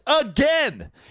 again